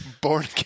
Born